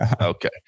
okay